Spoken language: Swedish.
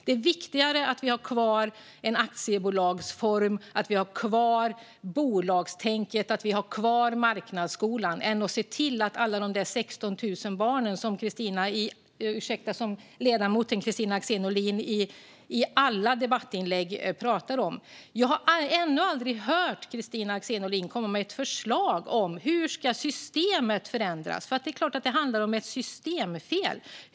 Det är viktigare för Moderaterna att vi har kvar aktiebolagsformen, att vi har kvar bolagstänket och att vi har kvar marknadsskolan än att vi ser till alla dessa 16 000 barn som ledamoten Kristina Axén Olin pratar om i alla debattinlägg. Jag har ännu aldrig hört Kristina Axén Olin komma med ett förslag om hur systemet ska förändras, för det är klart att det handlar om ett systemfel.